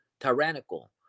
tyrannical